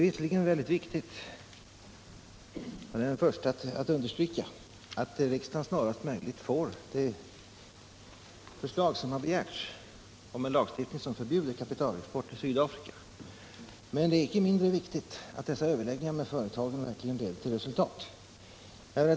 Visserligen är det mycket viktigt att understryka att riksdagen snarast möjligt bör få det begärda förslaget om en lag som förbjuder kapitalexport till Sydafrika, men det är icke mindre viktigt att överläggningarna med företagen verkligen leder till resultat.